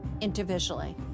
individually